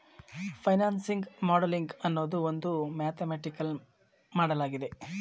financing modelling ಅನ್ನೋದು ಒಂದು mathematical ಮಾಡಲಾಗಿದೆ